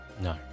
No